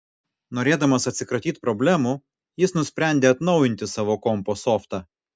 norėdamas atsikratyt problemų jis nusprendė atnaujinti savo kompo softą